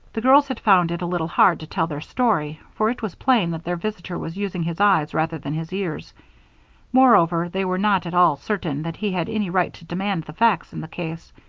the girls had found it a little hard to tell their story, for it was plain that their visitor was using his eyes rather than his ears moreover, they were not at all certain that he had any right to demand the facts in the case.